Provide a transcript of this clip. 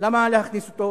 למה להכניס אותו?